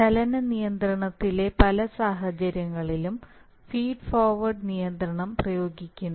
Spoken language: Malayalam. ചലന നിയന്ത്രണത്തിലെ പല സാഹചര്യങ്ങളിലും ഫീഡ് ഫോർവേഡ് നിയന്ത്രണം പ്രയോഗിക്കുന്നു